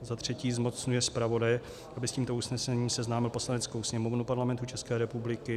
III. zmocňuje zpravodaje, aby s tímto usnesením seznámil Poslaneckou sněmovnu Parlamentu České republiky;